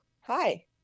hi